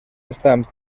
están